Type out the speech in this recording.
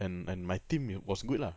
and and my team was good lah